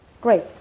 Great